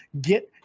get